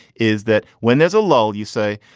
is that when there's a lull, you say,